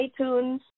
iTunes